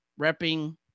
repping